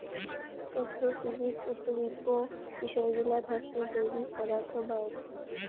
agrophysics উপজীব্য বিষয়গুলাত হসে জৈবিক পদার্থ, বায়োটোপ